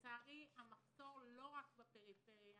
לצערי המחסור קיים לא רק בפריפריה,